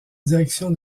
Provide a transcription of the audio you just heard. direction